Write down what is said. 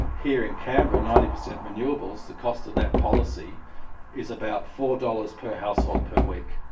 here in canberra, ninety percent renewables, the cost of that policy is about four dollars per household per week.